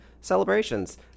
celebrations